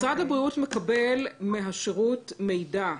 משרד הבריאות מקבל מהשירות מידע.